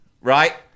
Right